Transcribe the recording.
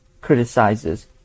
criticizes